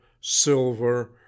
silver